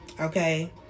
okay